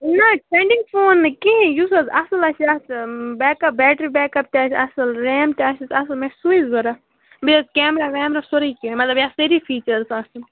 نہ trending phone نہٕ کِہیٖنۍ یُس حظ اصٕل آسہِ یتھ back up battery back up تہِ آسہِ اصٕل ریم تہِ آسیٚس اصٕل مےٚ چھُ سُے ضرورت بیٚیہِ حظ کیمرا ویمرا سورٕے کیٚنٛہہ مطلب یتھ سٲرِی فیچٲرٕس آسَن